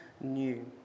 new